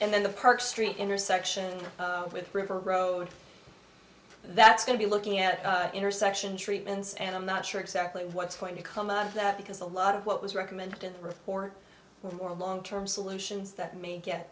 and then the park street intersection with river road that's going to be looking at intersection treatments and i'm not sure exactly what's going to come of that because a lot of what was recommended for more long term solutions that may get